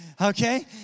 Okay